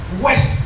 west